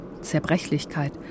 Zerbrechlichkeit